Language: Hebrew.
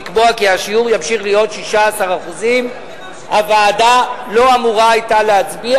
לקבוע כי השיעור ימשיך להיות 16%. הוועדה לא היתה אמורה להצביע,